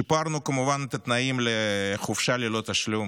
שיפרנו, כמובן, את התנאים לחופשה ללא תשלום.